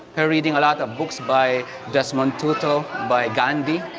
her reading a lot of books by desmond tutu, by gandhi.